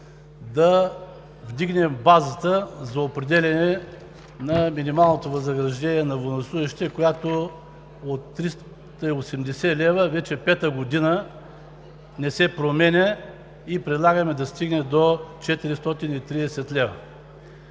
да вдигнем базата за определяне на минималното възнаграждение на военнослужещите, която от 380 лв. вече пета година не се променя, да стигне до 430 лв.